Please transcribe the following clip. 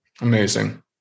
Amazing